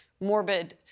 morbid